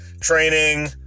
Training